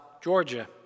Georgia